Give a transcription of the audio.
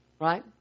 right